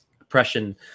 oppression